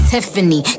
Tiffany